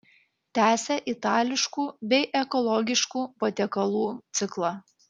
tęsia itališkų bei ekologiškų patiekalų ciklą